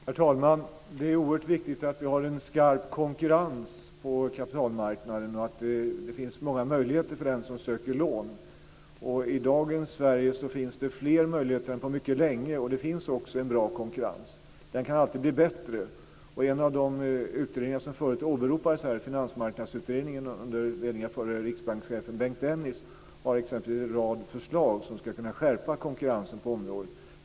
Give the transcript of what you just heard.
Herr talman! Det är oerhört viktigt med en skarp konkurrens på kapitalmarknaden och att det finns många möjligheter för den som söker lån. I dagens Sverige finns det fler möjligheter än på mycket länge. Det finns också en bra konkurrens. Den kan alltid bli bättre. En av de utredningar som förut åberopades här, Finansmarknadsutredningen, under ledning av förre riksbankschefen Bengt Dennis, har en rad förslag som ska kunna skärpa konkurrensen på området.